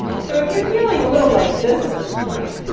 so if you're feeling a little like this at this point,